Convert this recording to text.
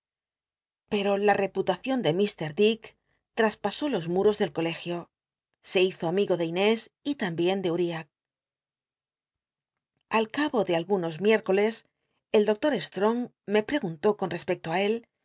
pero la rcpulacion de ilr dick traspasó los muros del colegio se hizo amigo d inés y l imbicn de uriah al ca bo de algunos miércoles el doctor strong me preguntó con respecto él